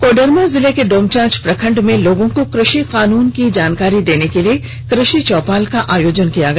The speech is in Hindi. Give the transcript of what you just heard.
कोडरमा जिले के डोमचांच प्रखंड में लोगों को कृषि कानून की जानकारी देने के कृषि चौपाल का आयोजन किया गया